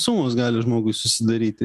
sumos gali žmogui susidaryti